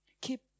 Keep